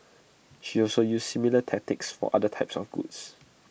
she also used similar tactics for other types of goods